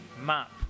map